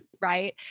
right